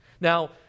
Now